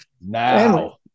Now